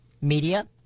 media